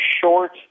short